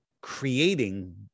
creating